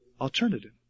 alternative